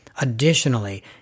Additionally